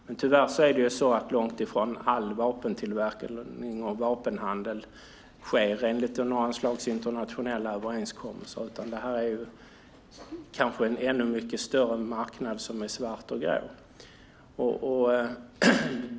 Men tyvärr sker långt ifrån all vapentillverkning och vapenhandel enligt internationella överenskommelser, utan det här är en ännu mycket större marknad som är svart och grå.